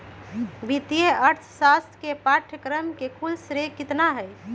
वित्तीय अर्थशास्त्र के पाठ्यक्रम के कुल श्रेय कितना हई?